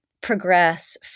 progress